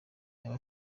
yaba